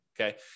okay